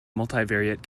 multivariate